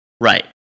Right